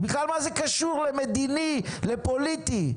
בכלל מה זה קשור למדיני, לפוליטי?